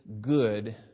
good